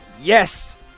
Yes